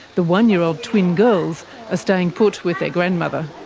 the one-year-old twin girls are staying put with their grandmother.